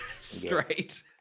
straight